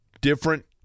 different –